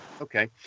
Okay